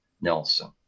Nelson